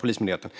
Polismyndigheten.